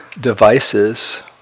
devices